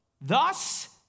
thus